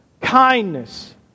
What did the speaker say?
kindness